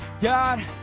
God